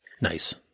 Nice